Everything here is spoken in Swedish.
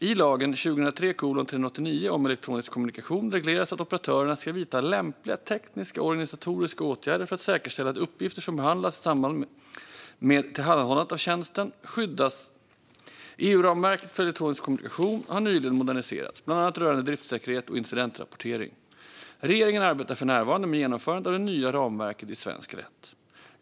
I lagen om elektronisk kommunikation regleras att operatörerna ska vidta lämpliga tekniska och organisatoriska åtgärder för att säkerställa att uppgifter som behandlas i samband med tillhandahållandet av tjänsten skyddas. EU-ramverket för elektronisk kommunikation har nyligen moderniserats, bland annat rörande driftssäkerhet och incidentrapportering. Regeringen arbetar för närvarande med genomförandet av det nya ramverket i svensk rätt.